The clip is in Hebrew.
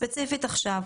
ספציפית עכשיו,